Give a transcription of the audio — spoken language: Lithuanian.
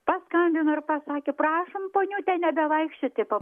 paskambino ir pasakė prašom poniute nebevaikščioti po